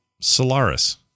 Solaris